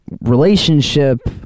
relationship